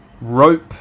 Rope